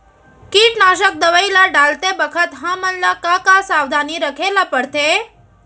कीटनाशक दवई ल डालते बखत हमन ल का का सावधानी रखें ल पड़थे?